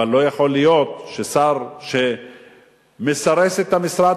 אבל לא יכול להיות שר שמסרס את המשרד